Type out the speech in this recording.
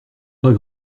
pas